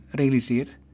realiseert